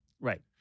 Right